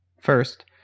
First